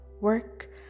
work